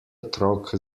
otrok